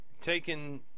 taking